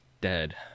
dead